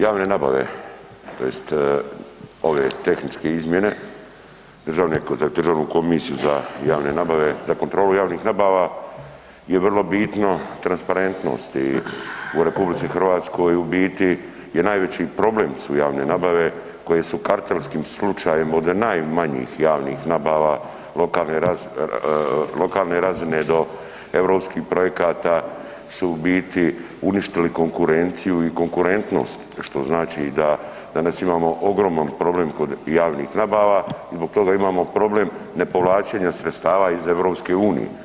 Javne nabave tj. ove tehničke izmjene za Državnu komisiju za kontrolu javnih nabava je vrlo bitno transparentnost u RH u biti je najveći problem su javne nabave koje su kartelskim slučajem od najmanjih javnih nabava lokalne razine do europskih projekata su u biti uništili konkurenciju i konkurentnost što znači da danas imamo ogroman problem kod javnih nabava i zbog toga imamo problem ne povlačenja sredstava iz EU.